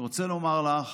אני רוצה לומר לך